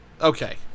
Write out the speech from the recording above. Okay